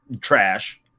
trash